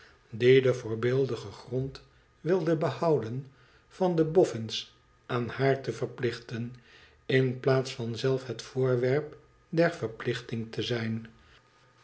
die den voordeeligen grond wilde behouden van de bofens aan haar te verplichten in plaats van zelf het voorwerp der verplichting te zijn